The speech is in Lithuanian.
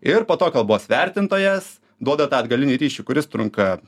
ir po to kalbos vertintojas duoda tą atgalinį ryšį kuris trunka